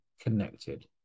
connected